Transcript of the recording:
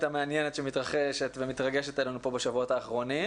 שמתרחשת ומתרגשת עלינו פה בשבועות האחרונים.